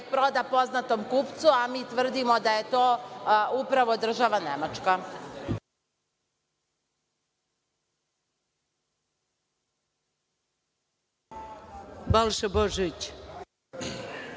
proda poznatom kupcu, a mi tvrdimo da je to upravo država Nemačka.